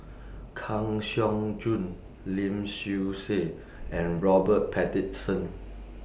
Kang Siong Joo Lim Swee Say and Robert